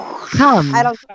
come